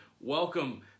welcome